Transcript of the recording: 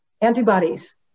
antibodies